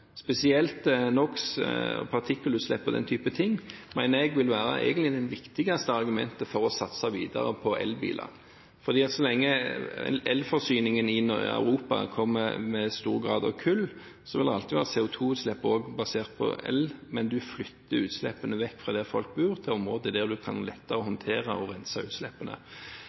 Spesielt NOx og partikkelutslipp og den type ting mener jeg vil være egentlig det viktigste argumentet for å satse videre på elbiler. Så lenge elforsyningen i Europa kommer med stor grad av kull, vil det alltid være CO2-utslipp også basert på el, men man flytter utslippene vekk fra der folk bor, til områder der man lettere kan håndtere og rense utslippene. Derfor ser jeg ingen motstrid mellom det å